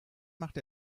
machte